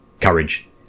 courage